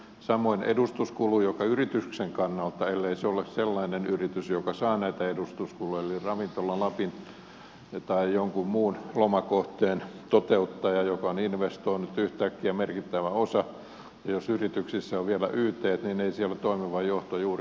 samoin edustuskulu joka on yrityksen kannalta ellei se ole sellainen yritys joka saa näitä edustuskuluja eli ravintola lapin tai jonkun muun lomakohteen toteuttaja joka on investoinut yhtäkkiä merkittävä osa ja jos yrityksessä on vielä ytt niin ei siellä toimiva johto juuri kyllä edusta